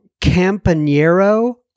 Campanero